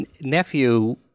nephew